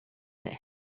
that